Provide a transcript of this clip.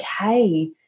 okay